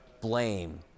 blame